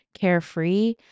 carefree